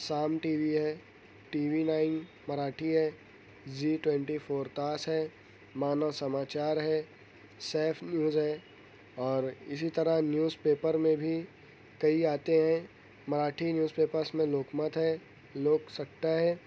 سام T V ہے T V nine Marathi ہے زی ٹونٹی فورتاس ہے مانوسماچار ہے سیف نیوز ہے اور اسی طرح نیوزپیپر میں بھی کئی آتے ہیں مراٹھی نیوزپیپرس میں لوک مت ہے لوک سٹا ہے